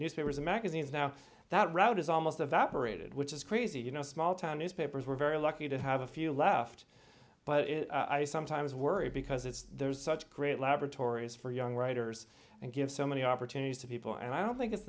newspapers and magazines now that route is almost evaporated which is crazy you know small town newspapers were very lucky to have a few left but i sometimes worry because it's there's such great laboratories for young writers and give so many opportunities to people and i don't think it's